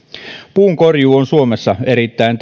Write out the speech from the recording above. puun korjuu on suomessa erittäin